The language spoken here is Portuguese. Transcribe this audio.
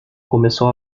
começou